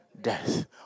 Death